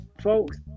folks